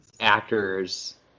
actors